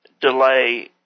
delay